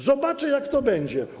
Zobaczę, jak to będzie.